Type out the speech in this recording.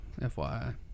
FYI